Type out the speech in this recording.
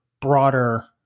broader